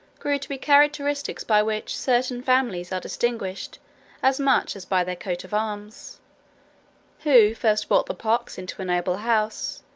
grew to be characteristics by which certain families are distinguished as much as by their coats of arms who first brought the pox into a noble house,